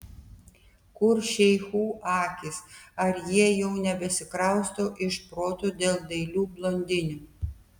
kur šeichų akys ar jie jau nebesikrausto iš proto dėl dailių blondinių